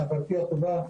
חברתי הטובה,